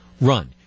Run